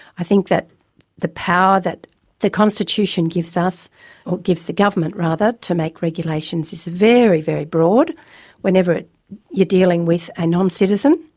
i think that the power that the constitution gives us or gives the government, rather, to make regulations is very, very broad whenever you're dealing with a non-citizen,